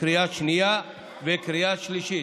בקריאה השנייה ובקריאה השלישית.